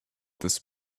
this